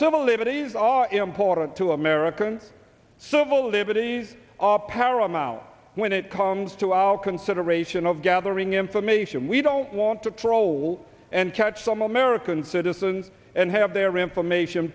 civil liberties are important to american civil liberties are paramount when it comes to our consideration of gathering information we don't want to troll and catch some american citizen and have their information